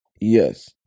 Yes